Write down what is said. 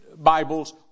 Bibles